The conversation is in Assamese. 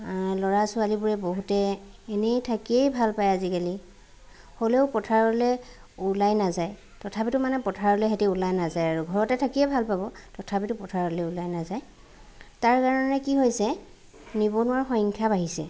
ল'ৰা ছোৱালীবোৰে বহুতেই এনেই থাকিয়ে ভাল পায় আজিকালি হ'লেও পথাৰলৈ ওলাই নাযায় তথাপিতো মানে পথাৰলৈ সিহঁতি ওলাই নাযায় আৰু ঘৰতে থাকিয়ে ভাল পাব তথাপিতো পথাৰলৈ ওলাই নাযায় তাৰকাৰণে কি হৈছে নিবনুৱাৰ সংখ্যা বাঢ়িছে